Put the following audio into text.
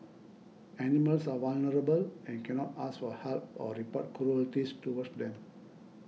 animals are vulnerable and can not ask for help or report cruelties towards them